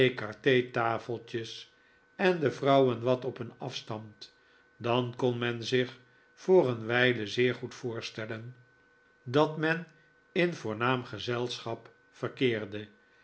ecarfe tafeltjes en de vrouwen wat op een afstand dan kon men zich voor een wijle zeer goed voorstellen dat men in voornaam gezelschap verkeerde